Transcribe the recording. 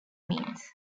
means